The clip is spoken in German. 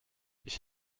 ich